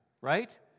right